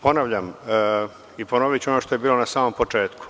Ponavljam i ponoviću ono što je bilo na samom početku.